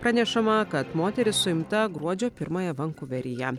pranešama kad moteris suimta gruodžio pirmąją vankuveryje